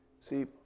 See